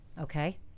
Okay